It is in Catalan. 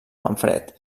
manfred